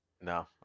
No